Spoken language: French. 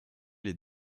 les